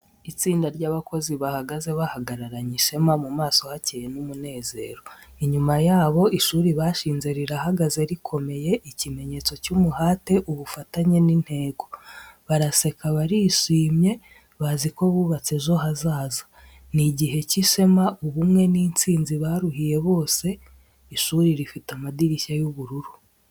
Itsinda ry’abakozi bahagaze bahagararanye ishema, mu maso hakeye n’umunezero. Inyuma yabo, ishuri bashinze rirahagaze rikomeye, ikimenyetso cy’umuhate, ubufatanye n’intego. Baraseka, barishimye, bazi ko bubatse ejo hazaza. Ni igihe cy’ishema, ubumwe n’intsinzi bahuriye bose. Ishuri rifite amadirishya y'ubururu.